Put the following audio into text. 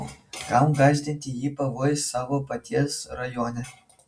kam gąsdinti jį pavojais savo paties rajone